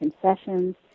concessions